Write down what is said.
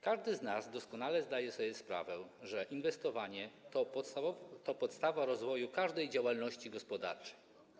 Każdy z nas doskonale zdaje sobie sprawę, że inwestowanie to podstawa rozwoju każdej działalności gospodarczej.